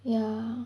ya